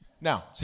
Now